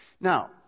Now